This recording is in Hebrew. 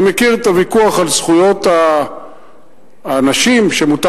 אני מכיר את הוויכוח על זכויות האנשים שמותר